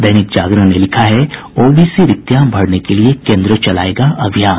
दैनिक जागरण ने लिखा है ओबीसी रिक्तियां भरने के लिए केन्द्र चलायेगा अभियान